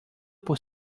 por